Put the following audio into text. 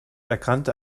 erkannte